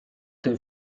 tym